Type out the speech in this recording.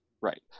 Right